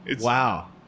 Wow